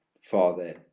Father